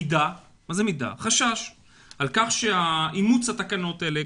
חשש מכך שאימוץ התקנות האלה,